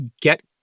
get